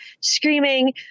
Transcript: screaming